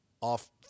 off